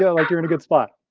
yeah like you're in a good spot.